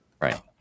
Right